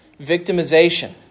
victimization